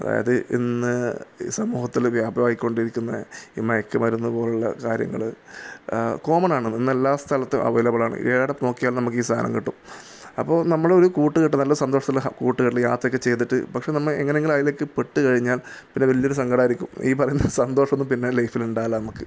അതായത് ഇന്ന് സമൂഹത്തിൽ വ്യപകമായിക്കൊണ്ടിരിക്കുന്ന ഈ മയക്കുമരുന്ന് പോലുള്ള കാര്യങ്ങൾ കോമണാണ് ഇന്ന് എല്ലാ സ്ഥലത്തും അവൈലബിളാണ് ഏടെ നോക്കിയാലും നമുക്ക് ഈ സാധനം കിട്ടും അപ്പോൾ നമ്മളുടെ ഒരു കൂട്ടുകെട്ട് നല്ല സന്തോഷത്തിലുള്ള ഒരു കൂട്ടുകെട്ട് യാത്രയൊക്കെ ചെയ്തിട്ട് പക്ഷേ നമ്മളെങ്ങനെങ്കിലും അതിലേക്ക് പെട്ട് കഴിഞ്ഞാൽ പിന്നെ വലിയൊരു സങ്കടമായിരിക്കും ഈ പറയുന്ന സന്തോഷമൊന്നും പിന്നെ ആ ലൈഫിൽ ഉണ്ടാകില്ല നമുക്ക്